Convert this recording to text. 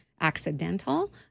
accidental